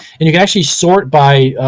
and you can actually sort by